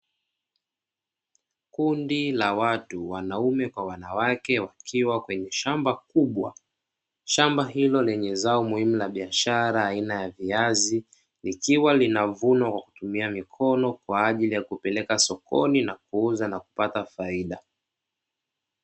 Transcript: Kundi la watu, wanaume kwa wanawake wakiwa kwenye shamba kubwa. Shamba hilo lenye zao muhimu la biashara aina ya viazi, ikiwa linavunwa kwa kutumia mikono, kwa ajili ya kupeleka sokoni na kuuza na kupata faida.